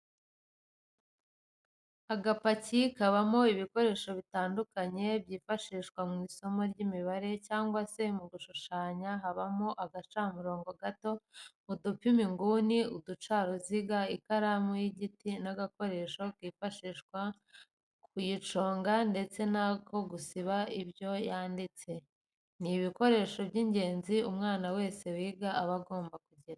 Agapaki kabamo ibikoresho bitandukanye byifashishwa mu isomo ry'imibare cyangwa se mu gushushanya habamo agacamurongo gato, udupima inguni, uducaruziga, ikaramu y'igiti n'agakoresho kifashishwa mu kuyiconga ndetse n'ako gusiba ibyo yanditse, ni ibikoresho by'ingenzi umwana wese wiga aba agomba kugira.